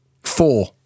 Four